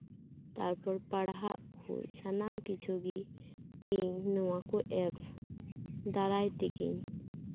ᱛᱟᱨᱯᱚᱨ ᱯᱟᱲᱦᱟᱜ ᱠᱩᱡ ᱥᱟᱱᱟᱢ ᱠᱤᱪᱷᱩ ᱜᱤ ᱤᱧ ᱱᱚᱣᱟ ᱠᱚ ᱮᱯ ᱫᱟᱨᱟᱭ ᱛᱮᱜᱤᱧ